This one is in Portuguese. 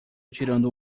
tirando